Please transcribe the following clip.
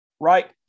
right